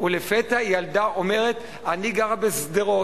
ולפתע ילדה אומרת: "אני גרה בשׂדרות".